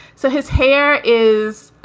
so his hair is